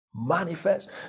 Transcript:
manifest